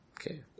Okay